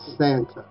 Santa